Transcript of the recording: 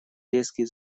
резкий